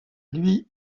lui